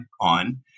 on